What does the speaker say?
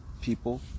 people